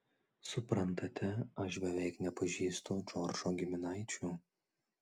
suprantate aš beveik nepažįstu džordžo giminaičių